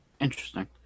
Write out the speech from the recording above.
Interesting